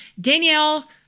Danielle